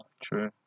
true